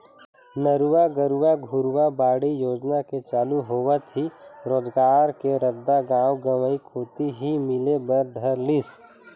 नरूवा, गरूवा, घुरूवा, बाड़ी योजना के चालू होवत ही रोजगार के रद्दा गाँव गंवई कोती ही मिले बर धर लिस